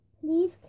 Please